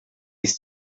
ist